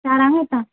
येतां